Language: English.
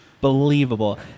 Believable